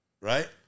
right